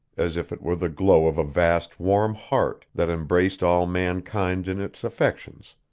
as if it were the glow of a vast, warm heart, that embraced all mankind in its affections,